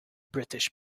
british